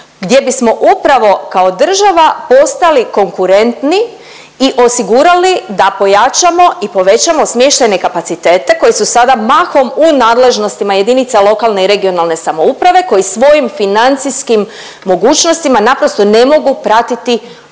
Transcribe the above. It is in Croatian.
gdje bismo upravo kao država postali konkurentni i osigurali da pojačamo i povećamo smještajne kapacitete koji su sada mahom u nadležnostima jedinica lokalne i regionalne samouprave koji svojim financijskim mogućnostima naprosto ne mogu pratiti one